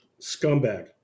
scumbag